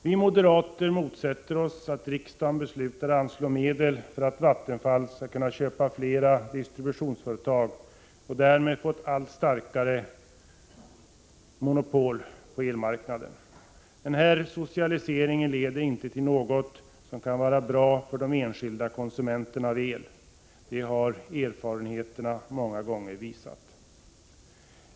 Vi moderater motsätter oss att riksdagen beslutar anslå medel för att Vattenfall skall kunna köpa upp flera distributionsföretag och därmed få ett allt starkare monopol på elmarknaden. Denna socialisering leder inte till något som kan vara bra för de enskilda konsumenterna av el — det har erfarenheterna många gånger visat.